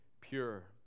pure